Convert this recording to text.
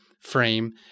frame